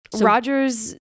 Rodgers